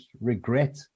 regret